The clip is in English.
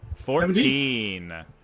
Fourteen